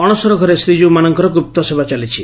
ଅଶସର ଘରେ ଶୀକୀଉମାନଙ୍କର ଗୁପ୍ତସେବା ଚାଲିଛି